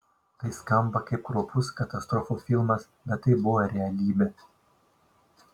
tai skamba kaip kraupus katastrofų filmas bet tai buvo realybė